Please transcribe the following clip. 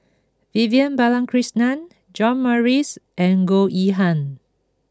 Vivian Balakrishnan John Morrice and Goh Yihan